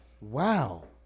Wow